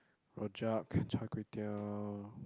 Rojak char-kway-teow